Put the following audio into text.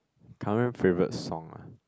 current favourite song ah